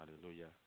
Hallelujah